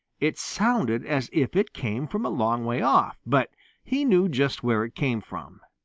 it sounded as if it came from a long way off, but he knew just where it came from.